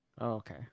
Okay